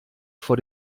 vor